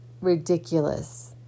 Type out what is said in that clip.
ridiculous